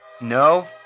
No